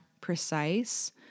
precise